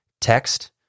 text